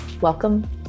Welcome